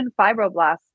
fibroblasts